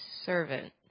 servant